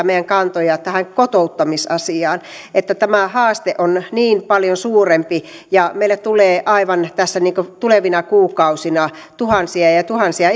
meidän kantojamme tähän kotouttamisasiaan tämä haaste on niin paljon suurempi ja meille tulee aivan tässä tulevina kuukausina tuhansia ja ja tuhansia